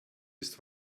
ist